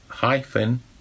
hyphen